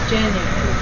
January